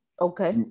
Okay